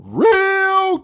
real